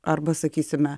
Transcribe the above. arba sakysime